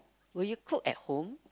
will you cook at home